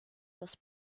das